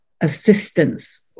assistance